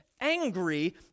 angry